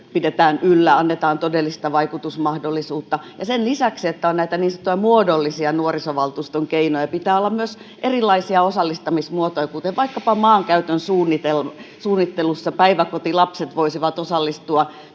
pidetään yllä ja annetaan todellista vaikutusmahdollisuutta. Ja sen lisäksi, että on näitä nuorisovaltuuston niin sanottuja muodollisia keinoja, pitää olla myös erilaisia osallistamismuotoja — kuten vaikkapa maankäytön suunnittelussa, johon päiväkotilapset voisivat osallistua piirtämällä